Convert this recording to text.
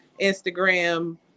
instagram